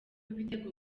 ibitego